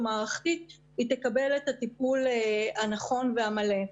מערכתית היא תקבל את הטיפול הנכון והמלא.